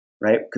right